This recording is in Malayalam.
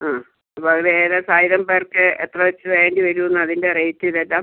അ അപ്പോൾ ഏകദേശം ആയിരം പേർക്ക് എത്ര വെച്ച് വേണ്ടി വരും എന്ന് അതിൻ്റെ റേറ്റ് ഇതെല്ലാം